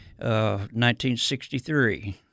1963